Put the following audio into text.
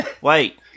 wait